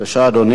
אדוני.